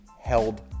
held